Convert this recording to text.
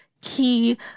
key